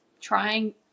trying